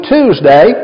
Tuesday